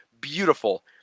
beautiful